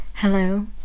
Hello